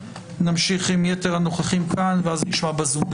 והמשיך עם יתר הנוכחים כאן ואז נשמע בזום.